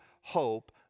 hope